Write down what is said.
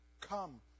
Come